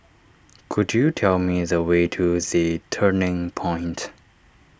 could you tell me the way to the Turning Point